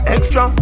Extra